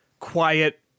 quiet